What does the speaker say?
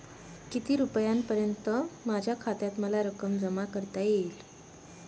किती रुपयांपर्यंत माझ्या खात्यात मला रक्कम जमा करता येईल?